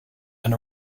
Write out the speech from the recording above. and